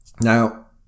Now